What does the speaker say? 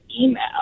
email